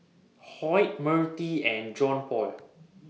Hoyt Mertie and Johnpaul